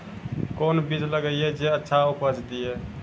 कोंन बीज लगैय जे अच्छा उपज दिये?